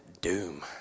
doom